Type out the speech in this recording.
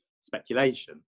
speculation